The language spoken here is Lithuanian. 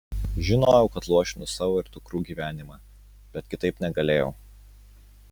žinojau kad luošinu savo ir dukrų gyvenimą bet kitaip negalėjau